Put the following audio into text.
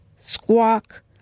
Squawk